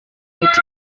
mit